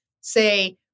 say